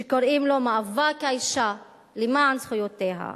שקוראים לו מאבק האשה למען זכויותיה.